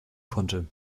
konnte